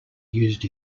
used